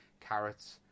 carrots